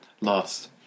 lost